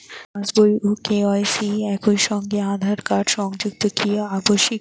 পাশ বই ও কে.ওয়াই.সি একই সঙ্গে আঁধার কার্ড সংযুক্ত কি আবশিক?